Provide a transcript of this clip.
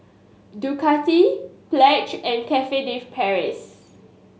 Ducati Pledge and Cafe De Paris